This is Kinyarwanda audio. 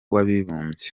w’abibumbye